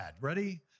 Ready